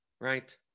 right